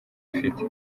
afite